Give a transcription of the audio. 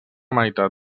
meitat